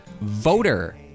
Voter